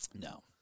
No